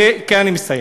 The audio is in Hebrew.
אני מסיים.